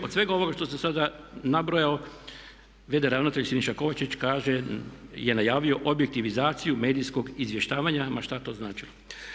Od svega ovoga što sam sada nabrojao, v.d. ravnatelj Siniša Kovačić kaže, je najavio objektivizaciju medijskog izvještavanja ma što to značilo.